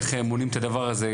איך מונעים את הדבר הזה,